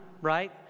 right